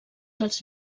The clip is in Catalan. dels